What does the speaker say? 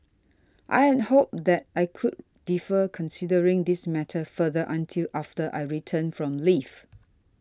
I had hoped that I could defer considering this matter further until after I return from leave